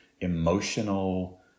emotional